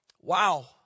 Wow